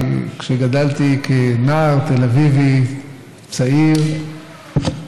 כי כשגדלתי כנער תל אביבי צעיר,